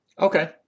Okay